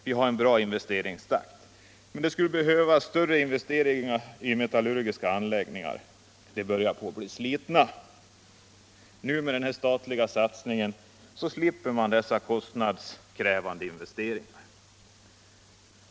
Vi har haft en bra investeringstakt. Det skulle väl behövas större investeringar i de metallurgiska anläggningarna. De börjar bli slitna.” Med en sådan statlig satsning slipper man kostnadskrävande investeringar.